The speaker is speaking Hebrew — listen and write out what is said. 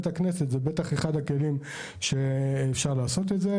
הכנסת אז אני חושב שזה כלי שיכול לסייע,